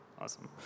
awesome